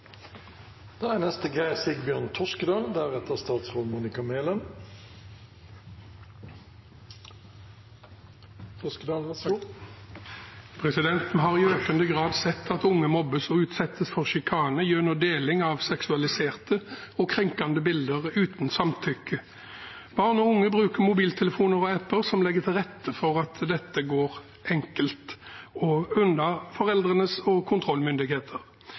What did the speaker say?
Vi har i økende grad sett at unge mobbes og utsettes for sjikane gjennom deling av seksualiserte og krenkende bilder uten samtykke. Barn og unge bruker mobiltelefoner og apper som legger til rette for at dette går enkelt og under foreldrenes kontrollmyndighet. Mange seksualiserte bilder, videoer og